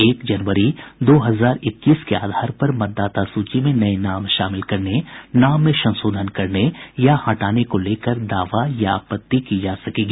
एक जनवरी दो हजार इक्कीस के आधार पर मतदाता सूची में नये नाम शामिल करने संशोधित करने या हटाने को लेकर दावा या आपत्ति की जा सकेगी